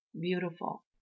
beautiful